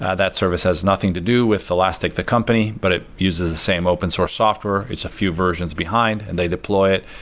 ah that service has nothing to do with elastic, the company, but it uses the same open source software. it's a few versions behind, and they deploy it.